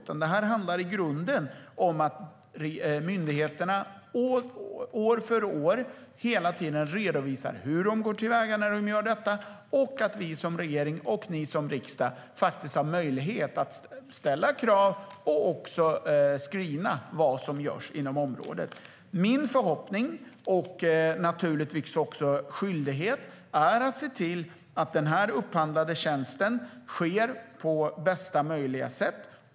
Det handlar i grunden om att myndigheterna år för år hela tiden redovisar hur de går till väga när de gör detta och att vi som regering och ni som riksdag har möjlighet att ställa krav och också screena vad som görs inom området. Min förhoppning och naturligtvis också skyldighet är att se till att den upphandlade tjänsten sker på bästa möjliga sätt.